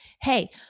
Hey